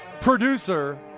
producer